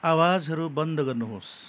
आवाजहरू बन्द गर्नुहोस्